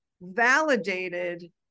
validated